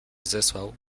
zesłał